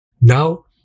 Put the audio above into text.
Now